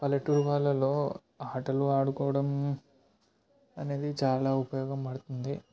పల్లెటూరు వాళ్ళలో ఆటలు ఆడుకోవడం అనేది చాలా ఉపయోగపడుతుంది